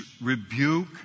rebuke